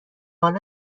حالا